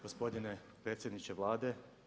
Gospodine predsjedniče Vlade.